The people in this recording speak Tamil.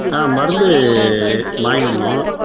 மருந்து வாங்கினு வந்தோம்